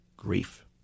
grief